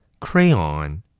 crayon